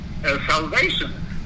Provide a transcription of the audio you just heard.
Salvation